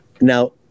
Now